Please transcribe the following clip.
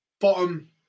Bottom